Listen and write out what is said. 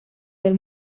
del